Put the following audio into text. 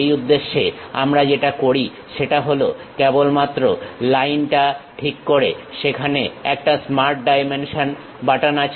সেই উদ্দেশ্যে আমরা যেটা করি সেটা হলো কেবলমাত্র লাইনটার ঠিক পরে সেখানে একটা স্মার্ট ডাইমেনশন বাটন আছে